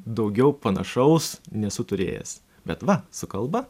daugiau panašaus nesu turėjęs bet va su kalba